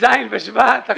ט"ז בשבט.